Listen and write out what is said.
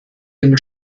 dem